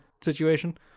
situation